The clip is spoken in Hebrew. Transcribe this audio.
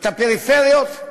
את הפריפריות.